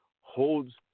holds